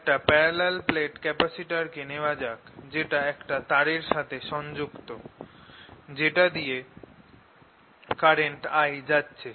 একটা parallel plate capacitor কে নেওয়া যাক যেটা একটা তারের সাথে সংযুক্ত যেটা দিয়ে একটা কারেন্ট I যাচ্ছে